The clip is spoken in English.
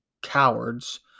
cowards